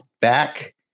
back